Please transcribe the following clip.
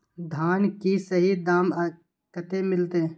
धान की सही दाम कते मिलते?